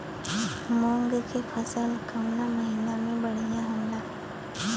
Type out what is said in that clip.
मुँग के फसल कउना महिना में बढ़ियां होला?